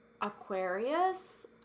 Aquarius